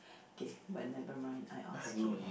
okay but nevermind I ask you